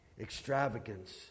extravagance